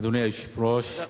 אדוני היושב-ראש,